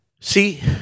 See